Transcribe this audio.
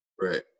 right